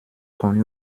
connu